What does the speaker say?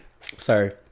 Sorry